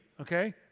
okay